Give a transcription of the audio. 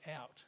out